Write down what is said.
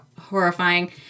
horrifying